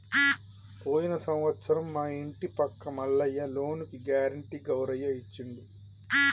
పోయిన సంవత్సరం మా ఇంటి పక్క మల్లయ్య లోనుకి గ్యారెంటీ గౌరయ్య ఇచ్చిండు